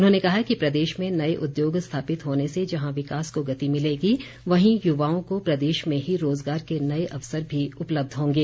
उन्होंने कहा कि प्रदेश में नए उद्योग स्थापित होने से जहां विकास को गति मिलेगी वहीं युवाओं को प्रदेश में ही रोजगार के नए अवसर भी उपलब्ध होंगे